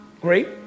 Great